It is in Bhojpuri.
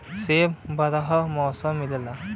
सेब बारहो मास मिलला